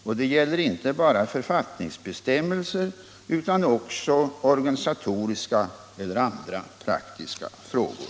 Detta gäller inte bara författningsbestämmelser utan också organisatoriska och andra praktiska frågor.